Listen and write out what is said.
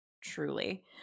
Truly